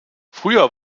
früher